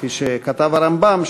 כפי שכתב הרמב"ם,